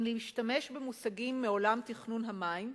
אם להשתמש במושגים מעולם תכנון המים,